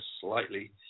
slightly